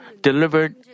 delivered